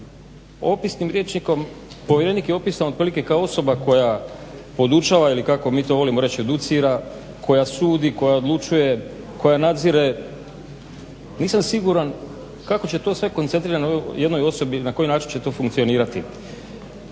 Opisnim rječnikom povjerenik je opisan otprilike kao osoba koja podučava ili kako mi to volimo reći educira, koja sudi, koja odlučuje, koja nadzire, nisam siguran kako će to sve koncentrirano u jednoj osobi, na koji način će to funkcionirati.